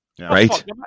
Right